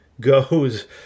goes